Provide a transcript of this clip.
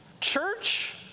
church